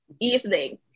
evening